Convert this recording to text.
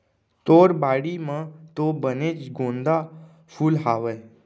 तोर बाड़ी म तो बनेच गोंदा फूल हावय